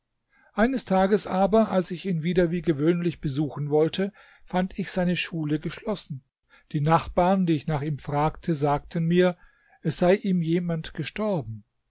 eines tages aber als ich ihn wieder wie gewöhnlich besuchen wollte fand ich seine schule geschlossen die nachbarn die ich nach ihm fragte sagten mir es sei ihm jemand gestorben